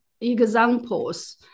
examples